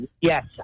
Yes